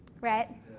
Right